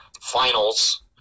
Finals